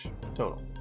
total